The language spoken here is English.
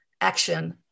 action